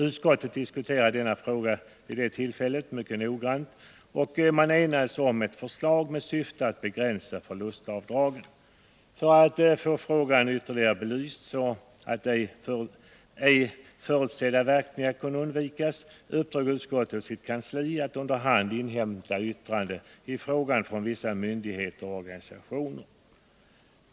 Utskottet diskuterade frågan vid detta tillfälle mycket noggrant, och man enades om ett förslag med syfte att begränsa förlustavdragen. För att få frågan ytterligare belyst och för att undvika ej förutsedda verkningar uppdrog utskottet åt sitt kansli att under hand inhämta yttranden i frågan från vissa myndigheter och organisationer.